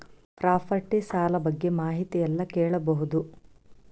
Property ಸಾಲ ಬಗ್ಗೆ ಮಾಹಿತಿ ಎಲ್ಲ ಕೇಳಬಹುದು?